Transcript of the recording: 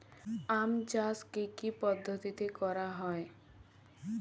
আম চাষ কি কি পদ্ধতিতে করা হয়?